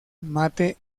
mate